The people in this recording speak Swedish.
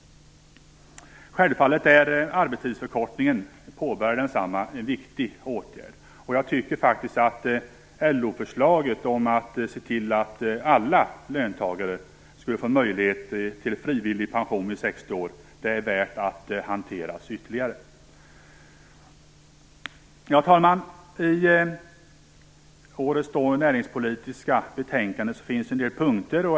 Självfallet är den påbörjade arbetstidsförkortningen en viktig åtgärd. Jag tycker att LO-förslaget, att se till att alla löntagarna skall få möjlighet till frivillig pension vid 60 år, är värt att utredas ytterligare. Fru talman! Årets näringspolitiska betänkande innehåller ett antal punkter.